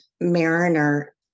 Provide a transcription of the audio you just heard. mariner